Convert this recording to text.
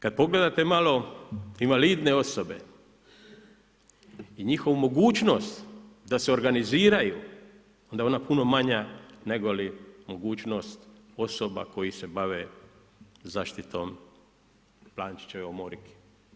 Kada pogledate malo invalidne osobe i njihovu mogućnost da se organiziraju, onda je ona puno manja negoli mogućnost osoba koje se bave zaštitom Pančićeve omorike.